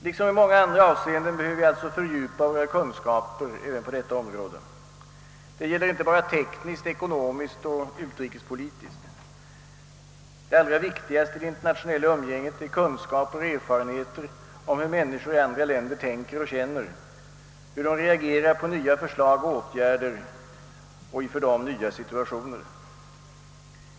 Liksom i många andra avseenden behöver vi alltså fördjupa våra kunskaper på detta område. Det gäller inte bara tekniska, ekonomiska och utrikespolitiska frågor. Det allra viktigaste i det internationella umgänget är kunskaper och erfarenheter om hur människor i andra länder tänker och känner, hur de reagerar på nya förslag och åtgärder och i för dem nya situationer.